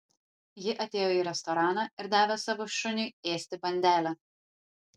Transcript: ji atėjo į restoraną ir davė savo šuniui ėsti bandelę